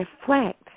reflect